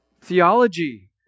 theology